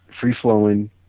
free-flowing